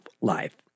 life